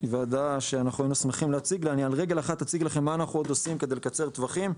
על רגל אחד אני אציג לכם מה אנחנו עוד עושים כדי לקצר טווחים.